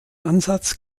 ansatz